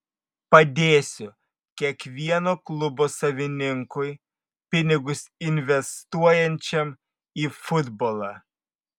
padėsiu kiekvieno klubo savininkui pinigus investuojančiam į futbolą